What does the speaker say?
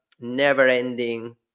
never-ending